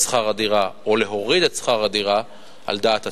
שכר הדירה או להוריד את שכר הדירה על דעת עצמה.